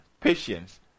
patience